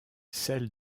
celle